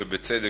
ובצדק,